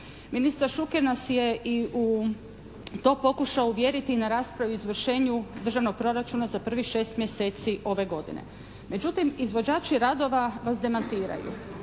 Ministar Šuker nas je i u to pokušao uvjeriti na raspravi i izvršenju državnog proračuna za prvih 6 mjeseci ove godine. Međutim, izvođači radova vas demantiraju